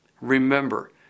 Remember